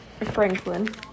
Franklin